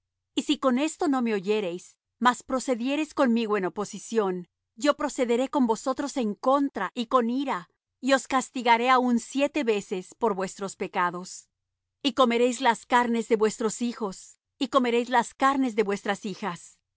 y si con esto no me oyereis mas procediereis conmigo en oposición yo procederé con vosotros en contra y con ira y os catigaré aún siete veces por vuestros pecados y comeréis las carnes de vuestros hijos y comeréis las carnes de vuestras hijas